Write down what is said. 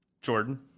Jordan